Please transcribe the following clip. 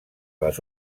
les